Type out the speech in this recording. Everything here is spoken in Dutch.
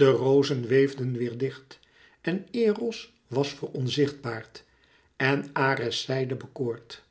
de rozen weefden weêr dicht en eros was veronzichtbaard en ares zeide bekoord